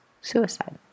suicide